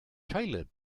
caleb